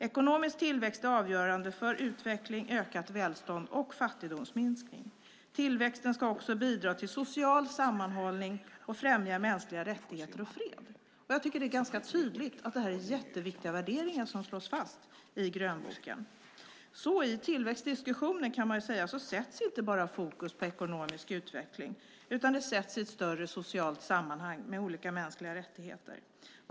Ekonomisk tillväxt är avgörande för utveckling, ökat välstånd och fattigdomsminskning. Tillväxten ska också bidra till social sammanhållning och till att främja mänskliga rättigheter och fred. Jag tycker att det är ganska tydligt att detta är jätteviktiga värderingar som slås fast i grönboken. Man kan alltså säga att i tillväxtdiskussionen sätts inte bara fokus på ekonomisk utveckling, utan den sätts i ett större socialt sammanhang med olika mänskliga rättigheter.